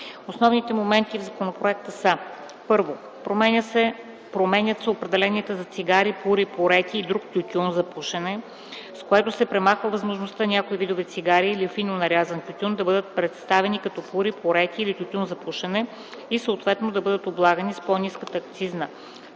Основните моменти в законопроекта са: 1. Променят се определенията за цигари, пури и пурети и друг тютюн за пушене, с което се премахва възможността някои видове цигари или фино нарязан тютюн да бъдат представени като пури, пурети или тютюн за пушене и съответно да бъдат облагани с по-ниската акцизна